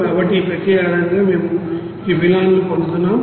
కాబట్టి ఈ ప్రక్రియ ఆధారంగా మేము ఈ ఫినాల్ను పొందుతున్నాము